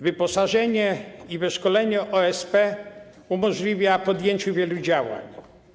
Wyposażenie i wyszkolenie OSP umożliwia podjęcie wielu działań.